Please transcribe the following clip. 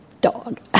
dog